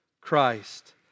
Christ